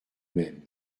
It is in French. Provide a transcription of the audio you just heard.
même